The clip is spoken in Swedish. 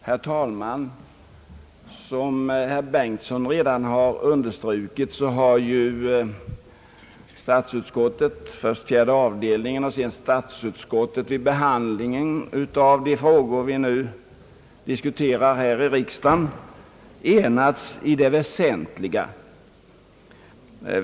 Herr talman! Som herr Bengtson redan har understrukit har först fjärde avdelningen och så statsutskottet vid behandlingen av de frågor, som vi nu diskuterar i riksdagen, enats i det väsentliga.